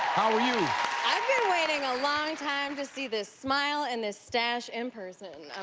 how are you? i've been waiting a long time to see this smile and this stache in person. i'm